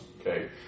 Okay